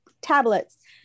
tablets